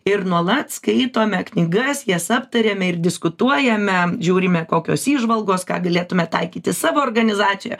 ir nuolat skaitome knygas jas aptariame ir diskutuojame žiūrime kokios įžvalgos ką galėtume taikyti savo organizacijoje